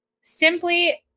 simply